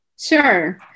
Sure